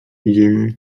idziemy